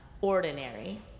ordinary